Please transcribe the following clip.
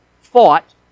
fought